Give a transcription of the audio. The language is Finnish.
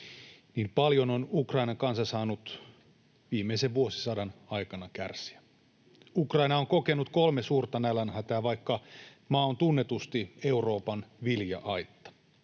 Niin paljon on Ukrainan kansa saanut viimeisen vuosisadan aikana kärsiä. Ukraina on kokenut kolme suurta nälänhätää, vaikka maa on tunnetusti Euroopan vilja-aitta.